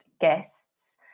guests